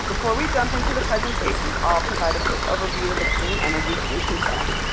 before we jump into the presentations, i'll provide a quick overview of the clean energy solutions center.